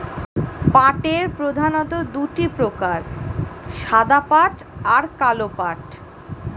পাটের প্রধানত দুটি প্রকার সাদা পাট আর কালো পাট